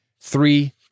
Three